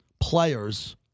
players